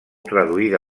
traduïda